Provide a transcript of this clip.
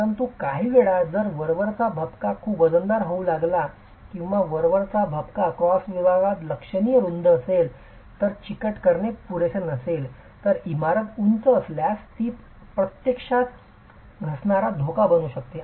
परंतु काहीवेळा जर वरवरचा भपका खूप वजनदार होऊ लागला किंवा वरवरचा भपका क्रॉस विभागात लक्षणीय रुंद असेल तर चिकट करणे पुरेसे नसेल तर इमारत उंच असल्यास ती प्रत्यक्षात घसरणारा धोका बनू शकते